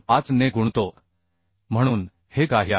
5 ने गुणतो म्हणून हे काही आहेत